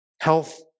health